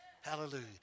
hallelujah